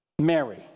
Mary